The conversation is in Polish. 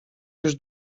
już